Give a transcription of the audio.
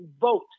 vote